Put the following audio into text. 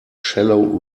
shallow